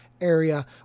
area